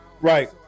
right